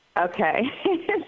Okay